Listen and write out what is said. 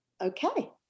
okay